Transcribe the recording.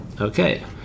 Okay